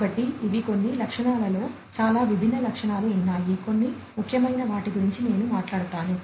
కాబట్టి ఇవి కొన్ని లక్షణాలలో చాలా విభిన్న లక్షణాలు ఉన్నాయి కొన్ని ముఖ్యమైన వాటి గురించి నేను మాట్లాడతాను